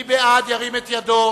מי בעד, ירים את ידו.